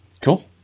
cool